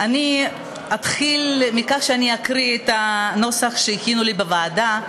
אני אתחיל מכך שאני אקריא את הנוסח שהכינו לי בוועדה,